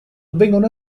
vengono